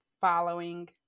following